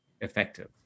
effective